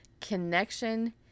connection